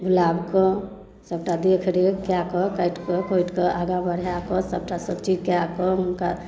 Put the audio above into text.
गुलाब कऽ सबटा देखरेख कै कऽ काटिके खोटिके आगाँ बढ़ैके सबटा सब चीज कै कऽ हुनका